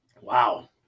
Wow